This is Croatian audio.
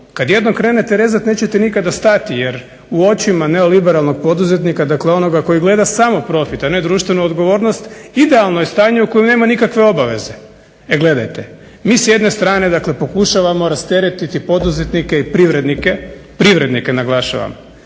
kad jednom krenete rezat nećete nikad stati jer u očima neoliberalnom poduzetnika dakle onoga koji gleda samo profit a ne društvenu odgovornost idealno je stanje u kojem nema nikakve obaveze. E gledajte, mi s jedne strane dakle pokušavamo rasteretiti poduzetnike i privrednike, privrednike naglašavam,